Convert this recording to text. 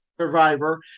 survivor